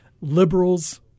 Liberals